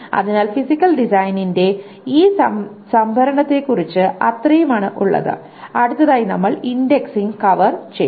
അതിനാൽ ഫിസിക്കൽ ഡിസൈനിന്റെ ഈ സംഭരണത്തെക്കുറിച്ച് അത്രയുമാണ് ഉള്ളത് അടുത്തതായി നമ്മൾ ഇൻഡെക്സിംഗ് കവർ ചെയ്യും